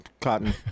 cotton